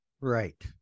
Right